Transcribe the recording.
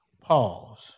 Pause